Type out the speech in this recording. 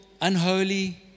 unholy